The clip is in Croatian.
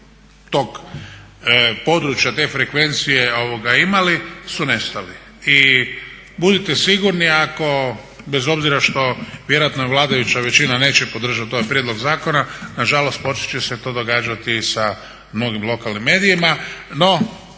tog područja te frekvencije imali su nestali. I budite sigurni ako bez obzirao što je vjerojatno vladajuća većina neće podržati ovaj prijedlog zakona, nažalost počet će se to događati sa mnogim lokalnim medijima. No